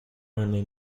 only